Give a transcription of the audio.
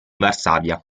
varsavia